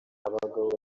bagabo